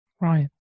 right